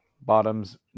bottoms